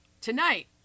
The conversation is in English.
tonight